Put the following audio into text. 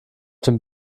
dem